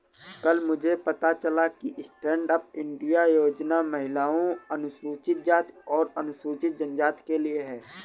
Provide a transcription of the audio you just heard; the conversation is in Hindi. कल मुझे पता चला कि स्टैंडअप इंडिया योजना महिलाओं, अनुसूचित जाति और अनुसूचित जनजाति के लिए है